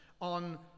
on